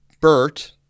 Bert